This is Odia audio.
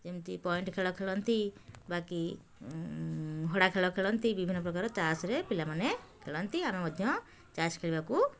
ଯେମତି ପଏଣ୍ଟ୍ ଖେଳ ଖେଳନ୍ତି ବାକି ହଡ଼ା ଖେଳ ଖେଳନ୍ତି ବିଭିନ୍ନପ୍ରକାର ତାସ୍ରେ ପିଲାମାନେ ଖେଳନ୍ତି ଆମେ ମଧ୍ୟ ତାସ୍ ଖେଳିବାକୁ